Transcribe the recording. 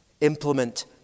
implement